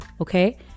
okay